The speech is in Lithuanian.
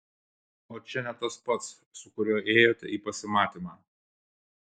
o čia ne tas pats su kuriuo ėjote į pasimatymą